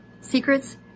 secrets